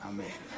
Amen